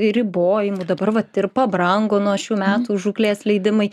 ribojimų dabar vat ir pabrango nuo šių metų žūklės leidimai